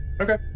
Okay